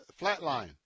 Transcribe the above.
flatline